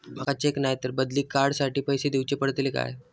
माका चेक नाय तर बदली कार्ड साठी पैसे दीवचे पडतले काय?